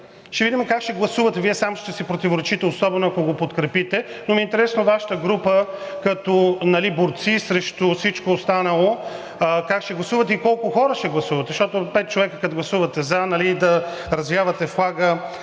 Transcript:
ще видим как ще гласувате. Вие сам ще си противоречите, особено ако го подкрепите, но ми е интересно Вашата група като борци срещу всичко останало как ще гласуват и колко хора ще гласуват, защото пет човека, като гласувате за, да развявате флага,